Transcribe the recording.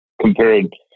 compared